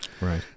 Right